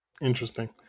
Interesting